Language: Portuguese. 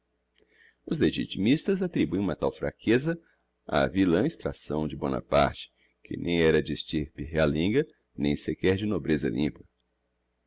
os legitimistas attribuem uma tal fraqueza á vilã extracção de bonaparte que nem era de estirpe realenga nem sequer de nobreza limpa